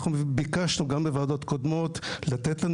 אנחנו ביקשנו גם בוועדות קודמות לתת לנו